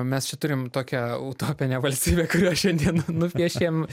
mes čia turim tokią utopinę valstybę kurią šiandien nupiešėm